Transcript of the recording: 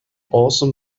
also